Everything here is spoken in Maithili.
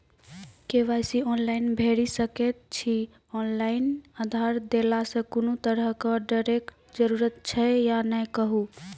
के.वाई.सी ऑनलाइन भैरि सकैत छी, ऑनलाइन आधार देलासॅ कुनू तरहक डरैक जरूरत छै या नै कहू?